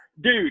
dude